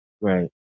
Right